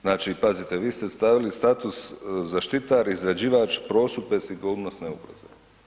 Znači pazite, vi ste stavili status zaštitar izrađivač prosudbe sigurnosne ugroze.